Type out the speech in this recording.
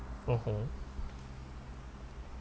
mmhmm